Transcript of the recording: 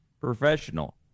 professional